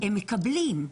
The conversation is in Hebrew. הם מקבלים.